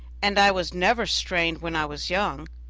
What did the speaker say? and i was never strained when i was young,